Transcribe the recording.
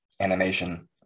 animation